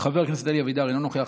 חבר הכנסת אלי אבידר, אינו נוכח.